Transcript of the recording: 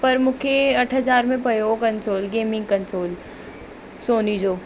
पर मूंखे अठ हज़ार में पयो उहो कंसोल गेमिंग कंसोल सोनी जो